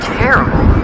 terrible